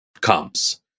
comes